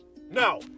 Now